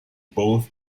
both